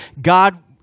God